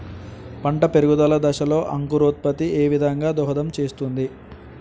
పంట పెరుగుదల దశలో అంకురోత్ఫత్తి ఏ విధంగా దోహదం చేస్తుంది?